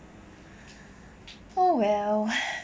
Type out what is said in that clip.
oh well